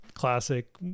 Classic